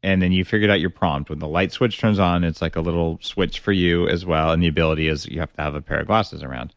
and then you figured out your prompt, when the light switch turns on, it's like a little switch for you as well, and the ability is you have to have a pair of glasses around.